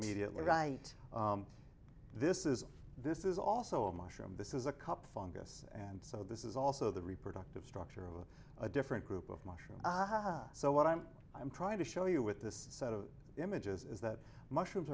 mediately right this is this is also a mushroom this is a cup fungus and so this is also the reproductive structure of a do different group of mushroom aha so what i'm i'm trying to show you with this set of images is that mushrooms